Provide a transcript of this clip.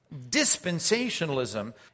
Dispensationalism